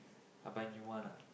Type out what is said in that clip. I buy new one ah